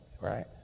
right